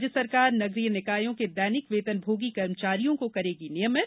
राज्य सरकार नगरीय निकायों के दैनिक वेतनभोगी कर्मचारियों को करेगी नियमित